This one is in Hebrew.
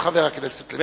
את חבר הכנסת לדין.